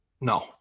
No